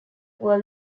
were